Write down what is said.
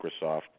Microsoft